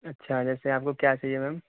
اچھا جیسے آپ کو کیا چاہیے میم